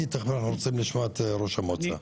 כי תיכף אנחנו רוצים לשמוע את ראש המועצה.